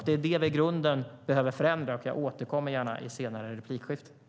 Det är detta vi i grunden behöver förändra, och jag återkommer gärna till det i senare inlägg.